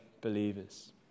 believers